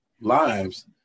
lives